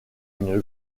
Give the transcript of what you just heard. une